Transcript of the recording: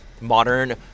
modern